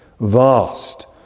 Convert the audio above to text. vast